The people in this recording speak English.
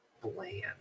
bland